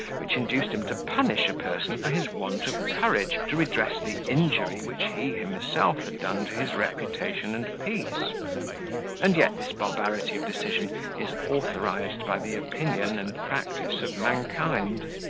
which induced him to punish a person for his want of courage to redress the injury which he himself had done to his reputation and peace and yet this barbarity of decision is authorised by the opinion and practice of mankind.